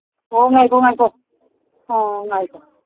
ꯑꯣ ꯉꯥꯏꯈꯣ ꯉꯥꯏꯈꯣ ꯑ ꯉꯥꯏꯈꯣ